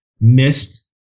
missed